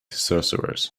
sorcerers